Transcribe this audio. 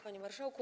Panie Marszałku!